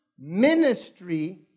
Ministry